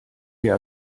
wir